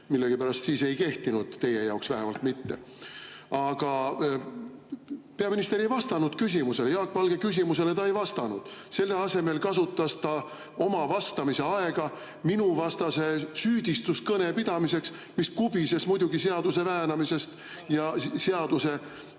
Millegipärast siis ei kehtinud, teie jaoks vähemalt mitte. Aga peaminister ei vastanud küsimusele, Jaak Valge küsimusele ta ei vastanud. Selle asemel kasutas ta oma vastamise aega minuvastase süüdistuskõne pidamiseks, mis kubises muidugi seaduse väänamisest ja seaduse